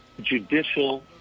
judicial